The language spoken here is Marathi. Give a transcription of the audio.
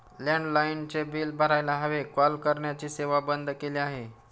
लँडलाइनचे बिल भरायला हवे, कॉल करण्याची सेवा बंद केली आहे